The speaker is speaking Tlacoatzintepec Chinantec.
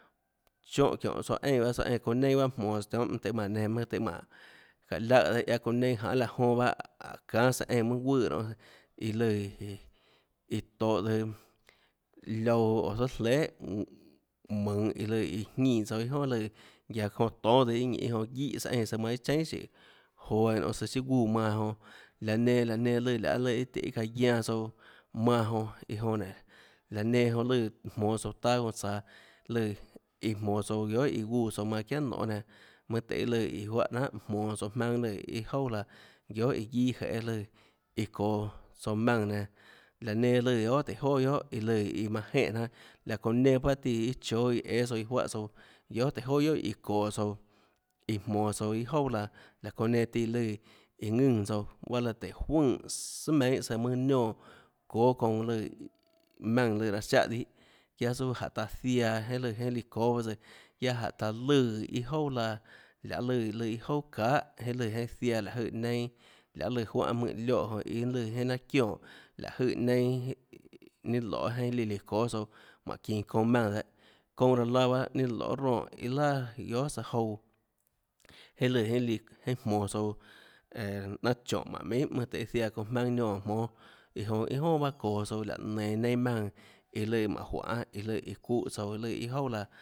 Chóhã çiónhå tsouã eínã pahâ tsouã eínã çounã neinâ baâ jmonås tionhâ mønâ tøhê manã nenã mønâ tøhê mánhå çáhå laùhã dehâ guiaâ çounã neinâ ñanã janê laã jonã jonã bahâ çánâ søã eínã mønâ guùã nonê iã lùã iã iã iã tohå tsøã liouã oå zøâ jlehà mønhå iã lùã iã jñínã tsouã iâ jonà lùã guiaâ çounã tónâ tsøã iâ ñinê guíhã søã eínã søã manã iâ cheínà sùhå joå eínã nonê søã siâ guúã manã jonã laã nenã laã nenã lùã lahê lùã tøhê iâ çaã guianã tsouã manã jonã iã jonã nénå laã nenã jonã lùã jmonå tsouã taâ guã tsaå lùã iã jmonå tsouã guiohà iå guúã tsouã manã çiánànonê nenã mønâ tøhê lùã iã iã juáhã jnanhà jmonå tsouã jmaønâ lùã iâ jouà laã guiohà iã guiâ jeê lùã iã çoå tsouã maùnã nenã laå nenã lùã guiohà tøhê joà guiohà iã lùã iã manã jenè jnanà laã çoã nenã bahâ tíã chóâ iã õâ tsouã juáhã tsouã guiohà tùhå joà guiohà iã çoå tsouã iã jmonå tsouã iâ jouà laã laã çounã nenã tíã lùã iã ðùnã tsouã guaâ lã tùhå juøè tsouã sùà meinhâ mønâ niónã çóâ çounã lùã maùnã lùã raã siáhã dihâ guiaâ suâ jánhå taã ziaã jeinhâ l.øã jeinhâ líã çóâ tsøã guiaâ jánhå taã lùã lùã iâ jouà laã lahê lùã lùã iâ jouà çahà lùã jeinhâ ziaã láhå jøè neinâ laê lùã mønâ juánhâ mønâ lioè jonã iâ lùã jeinhâ laâ çionè láhå jøè neinâ ninâ loê jeinhâ líã çóâ tsouã mánhå çinå çounã maùnã dehâ çouã raã aã bahâ ninâ loê ronè iâ laà guiohà søã jouã jeinhâ lùã jeinhâ jeinhâ jmonå tsouã eeå chónhå jmánhå minhà mønâ tøhê ziaã çounã jmaønâ niónã jmónâ iã jonã iâ jonà bahâ jmonå tsouã láhå nenå nienâ maùnã iå lùã mánhå juanê iã lùã iã çuúhã tsouã lùã iâ jouà laã